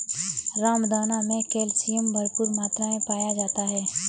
रामदाना मे कैल्शियम भरपूर मात्रा मे पाया जाता है